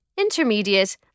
Intermediate